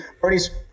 Bernie's